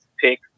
pick